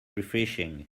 refreshing